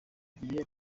gihe